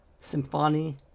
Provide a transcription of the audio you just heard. symphony